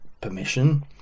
permission